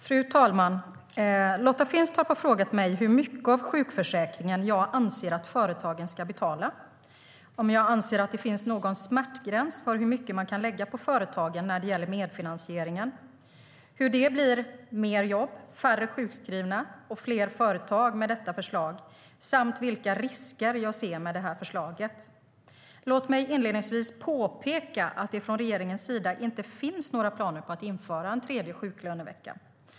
Fru talman! Lotta Finstorp har frågat mig hur mycket av sjukförsäkringen jag anser att företagen ska betala, om jag anser att det finns någon smärtgräns för hur mycket man kan lägga på företagen när det gäller medfinansieringen, hur det blir mer jobb, färre sjukskrivna och fler företag med detta förslag samt vilka risker jag ser med detta förslag. Låt mig inledningsvis påpeka att det från regeringens sida inte finns några planer på att införa en tredje sjuklönevecka.